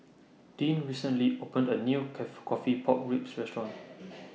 Dean recently opened A New Coffee Pork Ribs Restaurant